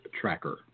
Tracker